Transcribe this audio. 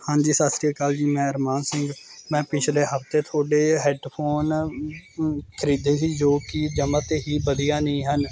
ਹਾਂਜੀ ਸਤਿ ਸ਼੍ਰੀ ਅਕਾਲ ਜੀ ਮੈਂ ਅਰਮਾਨ ਸਿੰਘ ਮੈਂ ਪਿਛਲੇ ਹਫ਼ਤੇ ਤੁਹਾਡੇ ਹੈੱਡਫੋਨ ਖਰੀਦੇ ਸੀ ਜੋ ਕਿ ਜਮ੍ਹਾਂ ਤੇ ਹੀ ਵਧੀਆ ਨਹੀਂ ਹਨ